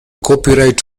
copyright